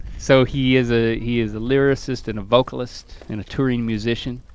so he is ah he is a lyricist and a vocalist and a touring musician.